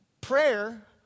prayer